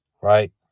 right